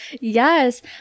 Yes